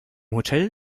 hotel